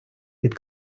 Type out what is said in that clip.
під